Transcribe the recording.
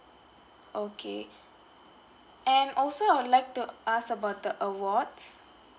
okay and also I would like to ask about the awards